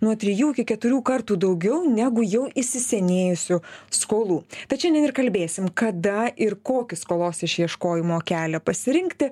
nuo trijų iki keturių kartų daugiau negu jau įsisenėjusių skolų tad šiandien ir kalbėsim kada ir kokį skolos išieškojimo kelią pasirinkti